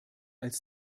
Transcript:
als